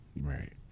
Right